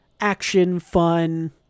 action-fun